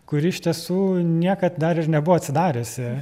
kuri iš tiesų niekad dar ir nebuvo atsidariusi